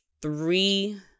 three